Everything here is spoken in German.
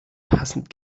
passend